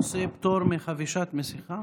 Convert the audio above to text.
בנושא פטור מחבישת מסכה,